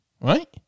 right